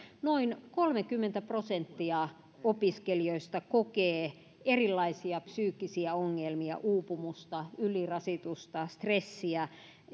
noin kolmekymmentä prosenttia opiskelijoista kokee erilaisia psyykkisiä ongelmia uupumusta ylirasitusta stressiä